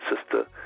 Sister